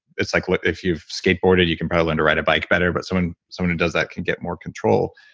it's like, look, if you've skateboarded, you can probably learn to ride a bike better but someone someone who does that can get more control.